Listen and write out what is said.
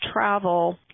travel